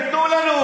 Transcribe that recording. תיתנו לנו.